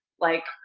like,